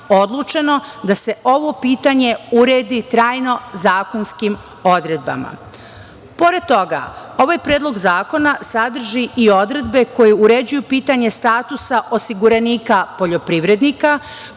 da se ovo pitanje uredi trajno zakonskim odredbama. Pored toga, ovaj predlog zakona sadrži i odredbe koje uređuju pitanje statusa osiguranika poljoprivrednika,